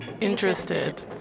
interested